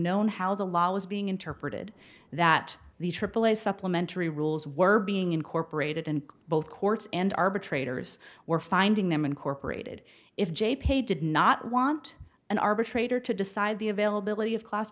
known how the law was being interpreted that the aaa supplementary rules were being incorporated and both courts and arbitrators were finding them incorporated if jay paid did not want an arbitrator to decide the availability of class